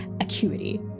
acuity